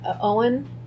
Owen